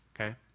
okay